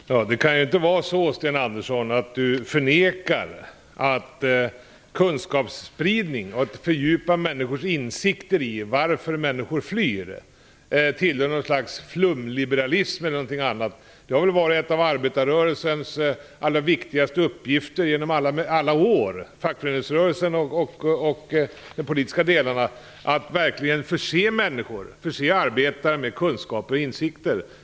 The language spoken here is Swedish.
Fru talman! Det kan ju inte vara så att Sten Andersson förnekar att kunskapsspridning fördjupar människors insikter i varför personer flyr. Skulle det vara något slags flumliberalism? Det har varit en av fackföreningsrörelsens viktigaste uppgifter under alla år att verkligen förse arbetare med kunskaper och insikter.